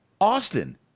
austin